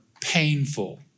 painful